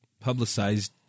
publicized